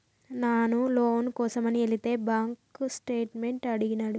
నాను లోను కోసమని ఎలితే బాంక్ స్టేట్మెంట్ అడిగినాడు